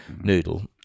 noodle